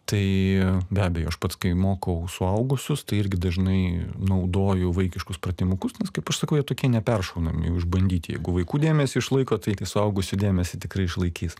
tai be abejo aš pats kai mokau suaugusius tai irgi dažnai naudoju vaikiškus pratimukus kaip aš sakau jie tokie neperšaunami jau išbandyti jeigu vaikų dėmesį išlaiko tai suaugusių dėmesį tikrai išlaikys